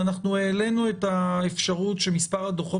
אנחנו העלינו את האפשרות שמספר הדוחות